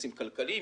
אינטרסים כלכליים,